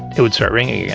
it would start ringing yeah